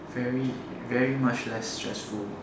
very very much less stressful